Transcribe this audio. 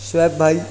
شعیب بھائی